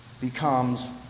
becomes